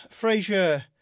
Frasier